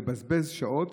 לבזבז שעות